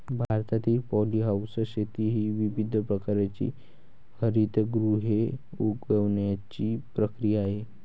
भारतातील पॉलीहाऊस शेती ही विविध प्रकारची हरितगृहे उगवण्याची प्रक्रिया आहे